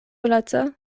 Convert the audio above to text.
laca